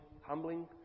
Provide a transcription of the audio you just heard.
humbling